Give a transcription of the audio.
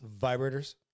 Vibrators